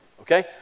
okay